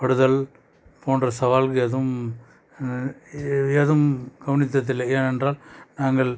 படுதல் போன்ற சவால்கள் எதுவும் ஏதும் கவனித்ததில்லை ஏனென்றால் நாங்கள்